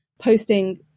posting